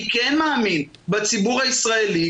אני כן מאמין בציבור הישראלי,